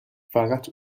فقط